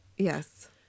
Yes